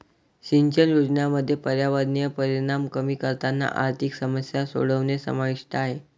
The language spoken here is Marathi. सिंचन योजनांमध्ये पर्यावरणीय परिणाम कमी करताना आर्थिक समस्या सोडवणे समाविष्ट आहे